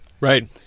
Right